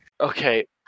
Okay